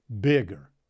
bigger